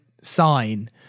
sign